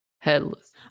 headless